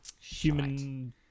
Human